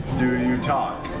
do you talk?